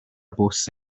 bws